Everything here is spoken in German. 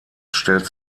stellt